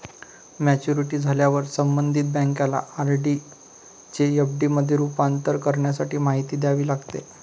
maturity झाल्यावर संबंधित बँकेला आर.डी चे एफ.डी मध्ये रूपांतर करण्यासाठी माहिती द्यावी लागते